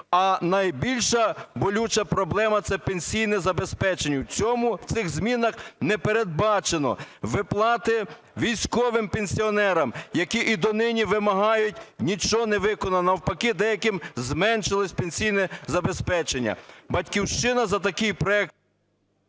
А найбільша болюча проблема – це пенсійне забезпечення, цього в цих змінах не передбачено. Виплати військовим пенсіонерам, які і донині вимагають – нічого не виконано. Навпаки деяким зменшилось пенсійне забезпечення. "Батьківщина" за такий проект…